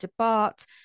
DeBart